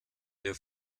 der